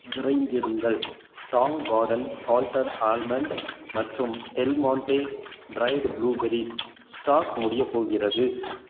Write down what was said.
விரைந்திடுங்கள் Tong Garden salted almond மற்றும் Del Monte dried blueberry stock முடியப் போகிறது